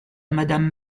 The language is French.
madame